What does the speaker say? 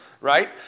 right